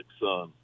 son